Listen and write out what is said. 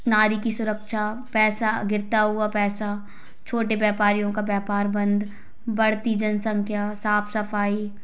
नारी की सुरक्षा पैसा गिरता हुआ पैसा छोटे व्यापारियों का व्यापार बंद बढ़ती जनसंख्या साफ़ सफाई